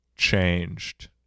changed